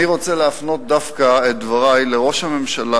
אני רוצה להפנות את דברי דווקא לראש הממשלה